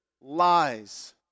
lies